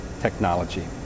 technology